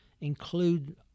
include